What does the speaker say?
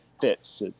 fits